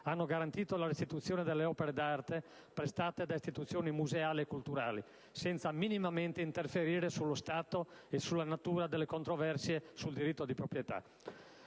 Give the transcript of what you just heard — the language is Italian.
hanno garantito la restituzione delle opere d'arte prestate da istituzioni museali e culturali, senza minimamente interferire sullo stato e sulla natura delle controversie sul diritto di proprietà.